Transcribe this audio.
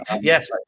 Yes